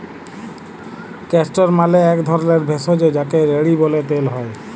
castor মালে এক ধরলের ভেষজ যাকে রেড়ি ব্যলে তেল হ্যয়